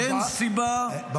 אין סיבה --- יש, יש.